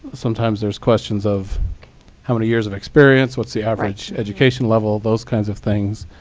sometimes there's questions of how many years of experience, what's the average education level, those kinds of things.